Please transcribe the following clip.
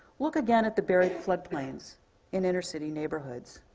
look again at the buried flood plains in inner city neighborhoods.